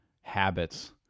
habits